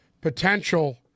potential